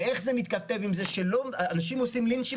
ואיך זה מתכתב עם זה שאנשים עושים לינצ'ים